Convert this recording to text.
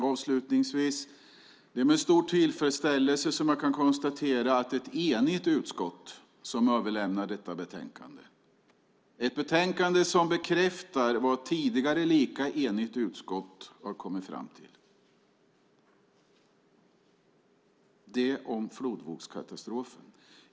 Avslutningsvis: Det är med stor tillfredsställelse som jag kan konstatera att det är ett enigt utskott som överlämnar detta betänkande, ett betänkande som bekräftar vad ett tidigare lika enigt utskott har kommit fram till - detta om flodvågskatastrofen.